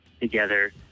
together